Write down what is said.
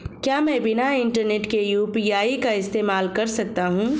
क्या मैं बिना इंटरनेट के यू.पी.आई का इस्तेमाल कर सकता हूं?